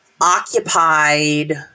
occupied